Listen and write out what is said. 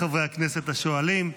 לחברי הכנסת השואלים.